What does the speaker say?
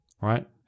right